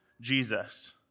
Jesus